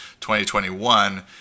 2021